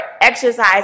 exercise